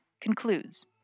concludes